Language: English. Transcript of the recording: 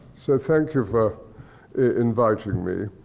so thank you for inviting me.